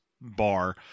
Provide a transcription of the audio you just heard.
bar